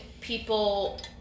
people